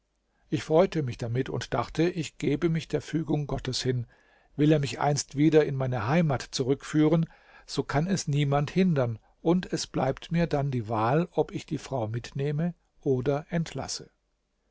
ich freute mich damit und dachte ich gebe mich der fügung gottes hin will er mich einst wieder in meine heimat zurückführen so kann es niemand hindern und es bleibt mir dann die wahl ob ich die frau mitnehme oder entlasse